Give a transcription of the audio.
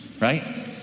Right